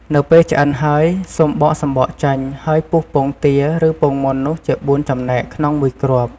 នៅពេលឆ្អិនហើយ សូមបកសំបកចេញ ហើយពុះពងទា ឬពងមាន់នោះជាបួនចំណែកក្នុងមួយគ្រាប់។